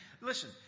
listen